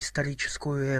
историческую